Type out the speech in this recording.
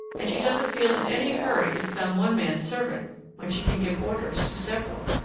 and she doesn't feel in any hurry to become one man's servant when she can give orders to several.